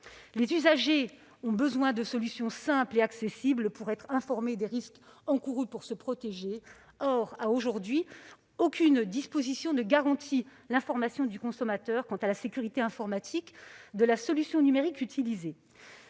Les usagers ont besoin de solutions simples et accessibles pour être informés des risques encourus et pour se protéger. Or, à ce jour, aucune disposition ne garantit l'information du consommateur quant à la sécurité informatique de la solution numérique qu'il